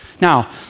Now